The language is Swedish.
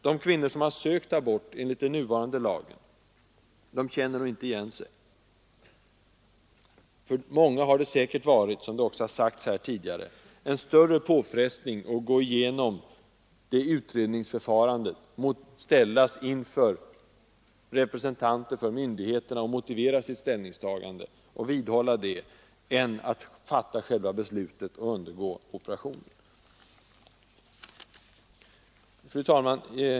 De kvinnor som har sökt abort enligt den nuvarande lagen känner nog inte igen sig. För många har det säkerligen varit, som har sagts här tidigare, en större påfrestning att gå genom utredningsförfarandet, ställas inför representanter för myndigheterna och motivera sitt ställningstagande och vidhålla det, än att fatta själva beslutet och undergå operationen. Fru talman!